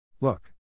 Look